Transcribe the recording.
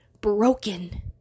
broken